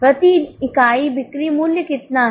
प्रति इकाई बिक्री मूल्य कितना है